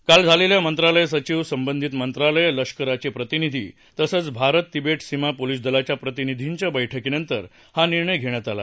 काल झालेल्या मंत्रालय सघिव संबधितमंत्रालय लष्कराचे प्रतिनिधी तसचं भारत तिबेट सीमा पोलीस दलाच्या प्रतिनिधींच्या बैठकीनंतर हा निर्णय घेण्यात आला